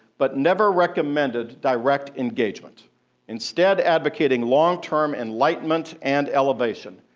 but never recommended direct engagement instead advocating long-term enlightenment and elevation,